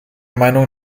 meinung